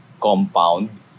compound